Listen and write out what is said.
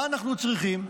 מה אנחנו צריכים?